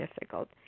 difficult